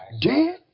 Dead